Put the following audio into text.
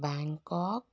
Bangkok